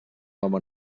home